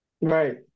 Right